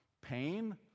Pain